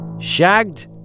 Shagged